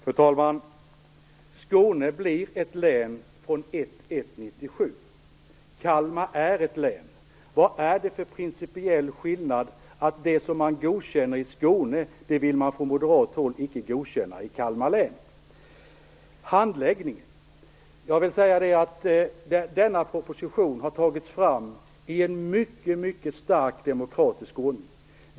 Fru talman! Skåne blir ett län från den 1 januari 1997. Kalmar är ett län. Vad är det för principiell skillnad som gör att man från moderat håll godkänner något i Skåne som man inte vill godkänna i Kalmar län? Om handläggningen vill jag säga att denna proposition har tagits fram i en mycket stark demokratisk ordning.